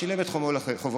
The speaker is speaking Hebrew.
שילם את חובו לחברה,